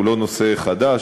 הוא לא נושא חדש,